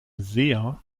seher